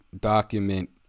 document